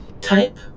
Type